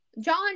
John